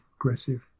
aggressive